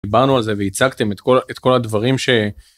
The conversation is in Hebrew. דיברנו על זה והצגתם את כל את כל הדברים ש.